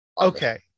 Okay